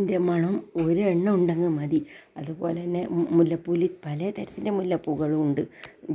ൻ്റെ മണം ഒരെണ്ണം ഉണ്ടെങ്കിൽ മതി അതുപോലെന്നെ മുലപ്പൂവ് പലതരത്തിലെ മുല്ലപ്പൂകളുണ്ട്